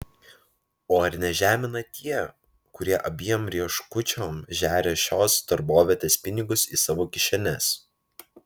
o ar nežemina tie kurie abiem rieškučiom žeria šios darbovietės pinigus į savo kišenes